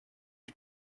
you